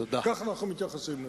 כך אנחנו מתייחסים לזה.